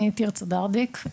אני תרצה דרדיק,